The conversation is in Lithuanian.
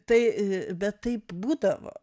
tai bet taip būdavo